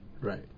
Right